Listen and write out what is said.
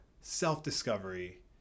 self-discovery